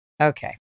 Okay